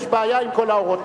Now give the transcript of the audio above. יש בעיה עם כל האורות,